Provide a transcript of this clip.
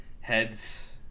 heads